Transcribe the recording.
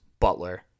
Butler